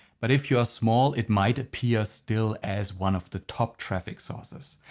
but if you are small it might appear still as one of the top traffic sources.